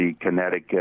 connecticut